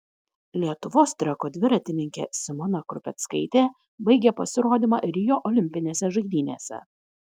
lietuvos treko dviratininkė simona krupeckaitė baigė pasirodymą rio olimpinėse žaidynėse